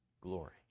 glory